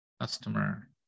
customer